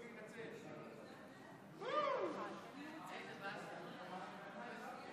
התשפ"א 2021, לוועדת הכספים נתקבלה.